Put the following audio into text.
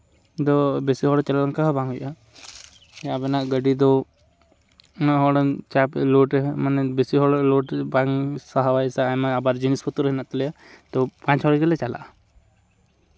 ᱫᱚ ᱵᱮᱥᱤ ᱦᱚᱲ ᱪᱟᱞᱟᱣ ᱞᱮᱱᱠᱷᱟᱱ ᱦᱚᱸ ᱵᱟᱝ ᱦᱩᱭᱩᱜᱼᱟ ᱟᱵᱮᱱᱟᱜ ᱜᱟᱹᱰᱤ ᱫᱚ ᱩᱱᱟᱹᱜ ᱦᱚᱲᱮᱢ ᱪᱟᱯ ᱮᱢ ᱞᱳᱰ ᱢᱟᱱᱮ ᱵᱮᱥᱤ ᱦᱚᱲ ᱞᱳᱰ ᱵᱟᱝ ᱥᱟᱦᱟᱣᱟᱭ ᱥᱮ ᱟᱭᱢᱟ ᱟᱵᱟᱨ ᱡᱤᱱᱤᱥᱯᱚᱛᱨᱚ ᱢᱮᱱᱟᱜ ᱛᱟᱞᱮᱭᱟ ᱛᱳ ᱯᱟᱸᱪ ᱦᱚᱲ ᱜᱮᱞᱮ ᱪᱟᱞᱟᱜᱼᱟ